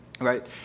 right